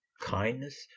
kindness